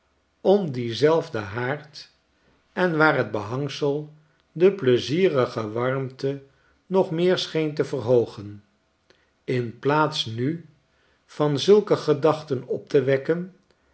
om dienzelfden haard en waar t behangsel de pleizierige warmte nog meer scheen te verhoogen in plaats nu van zulke gedachten op te wekken